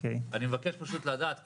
אני מבקש פשוט לדעת,